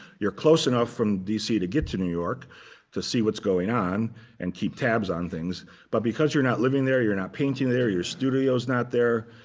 you're close enough from dc to get to new york to see what's going on and keep tabs on things but because you're not living there, you're not painting there, your studio is not there.